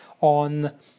on